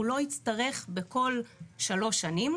הוא לא יצטרך בכל שלוש שנים,